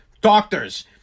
doctors